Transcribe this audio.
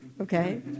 okay